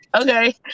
okay